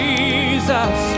Jesus